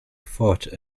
fort